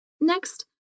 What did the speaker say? Next